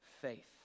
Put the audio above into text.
faith